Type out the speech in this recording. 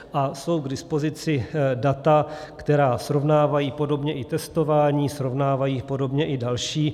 A jsou k dispozici data, která srovnávají podobně i testování, srovnávají podobně i další.